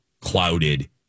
clouded